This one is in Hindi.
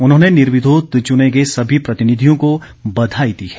उन्होंने निर्विरोध चुने गए सभी प्रतिनिधियों को बधाई दी है